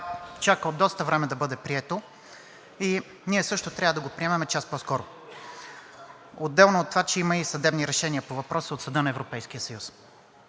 чака от доста време да бъде прието и ние също трябва да го приемем час по-скоро, отделно от това, че има и съдебни решения по въпроса от Съда на Европейския съюз.